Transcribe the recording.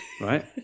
right